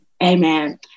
Amen